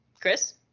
Chris